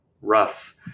rough